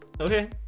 Okay